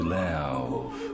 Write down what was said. love